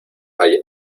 hay